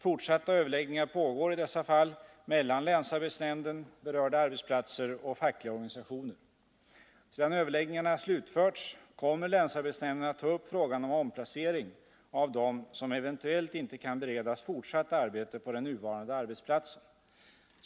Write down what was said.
Fortsatta överläggningar pågår om dessa fall mellan länsarbetsnämnden, berörda arbetsplatser och fackliga organisationer. Sedan överläggningarna slutförts, kommer länsarbetsnämnden att ta upp frågan om omplacering av dem som eventuellt inte kan beredas fortsatt arbete på den nuvarande arbetsplatsen.